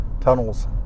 tunnels